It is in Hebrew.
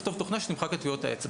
לכתוב תוכנה שתמחק את טביעת האצבע.